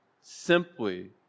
simply